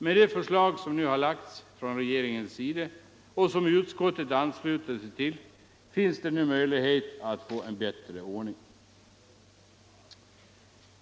Med det förslag som nu har lagts från regeringens sida och som utskottet ansluter sig till finns det möjlighet att få en bättre ordning.